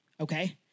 okay